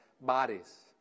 bodies